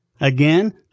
Again